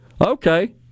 Okay